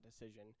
decision